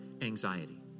anxiety